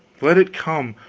let it come,